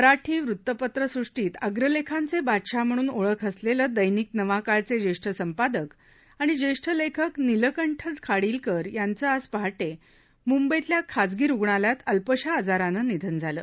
मराठ मृत्तपत्रसृष्टत्ति अग्रलेखांचे बादशाह म्हणून ओळख असलेलं दैनिक नवाकाळचे जेष्ठ संपादक आणि जेष्ठ लेखक नव्विंठ खाडिलकर यांचं आज पहाटे मुंबईतल्या खाजगी रुग्णालयात अल्पशा आजारानं निधन झालं